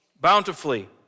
bountifully